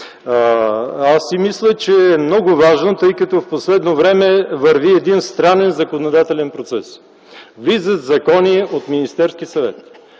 Мисля това за много важно, тъй като в последно време върви един много странен законодателен процес. Влизат закони от Министерския съвет,